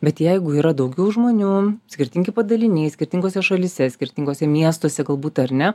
bet jeigu yra daugiau žmonių skirtingi padaliniai skirtingose šalyse skirtinguose miestuose galbūt ar ne